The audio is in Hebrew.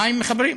מים מחברים.